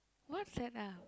what's set-up